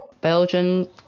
Belgium